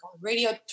radio